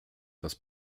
das